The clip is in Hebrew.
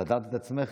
סתרת את עצמך,